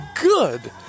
good